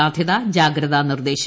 സാധ്യത ജാഗ്രതാ നിർദ്ദേശം